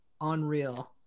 unreal